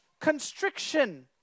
constriction